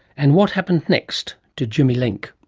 and what happens next to jimmy link?